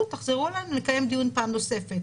ויחזרו אלינו לקיים דיון פעם נוספת.